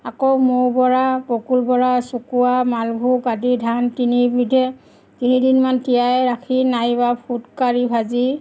আকৌ মৌ বৰা বকুল বৰা চকুুৱা মালভোগ আদি ধান তিনিবিধে তিনিদিনমান তিয়াই ৰাখি নাইবা ফুটকাৰি ভাজি